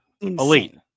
elite